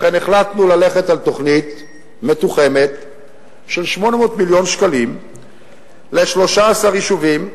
לכן החלטנו ללכת על תוכנית מתוחמת של 800 מיליון שקלים ל-13 יישובים,